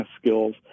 skills